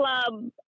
club